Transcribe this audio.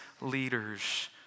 leaders